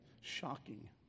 shocking